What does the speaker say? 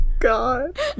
God